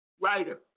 writer